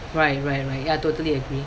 right right right ya totally agree